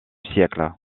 siècle